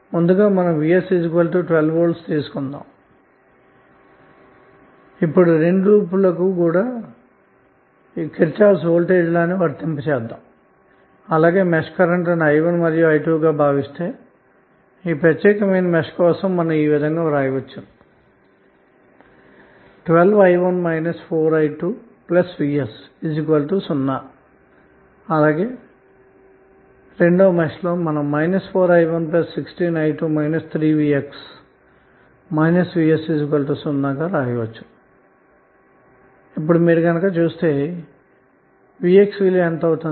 ముందుగా మనము vs12 volt తీసుకొని 2 లూప్ లకు KVL వర్తిద్దాము అలాగే మెష్కరెంటులను i1 మరియు i2 లు గా భావిస్తే ఈ ప్రత్యేకమైన మెష్ ల కోసం ఈ విధంగా వ్రాయవచ్చు 12i1 4i2vs0 4i116i2 3vx vs0 ఇప్పుడు మీరు గమనిస్తే v x విలువ యెంత అవుతుంది